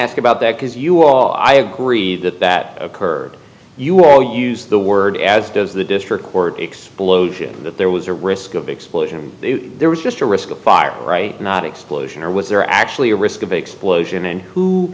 ask about that because you all i agree that that occurred you all use the word as does the district court explosion that there was a risk of explosion there was just a risk of fire right not explosion or was there actually a risk of explosion and who